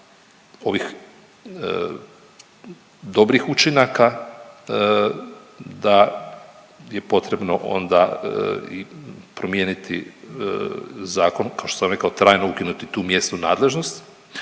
ovih dobrih učinaka da je potrebno onda i promijeniti zakon kao što sam rekao trajno ukinuti tu mjesnu nadležnost,